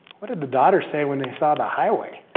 what did the daughters say when they saw, the highway?